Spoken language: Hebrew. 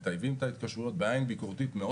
מטייבים את ההתקשרויות בעין ביקורתית מאוד